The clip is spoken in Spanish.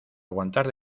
aguantar